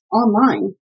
online